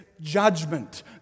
judgment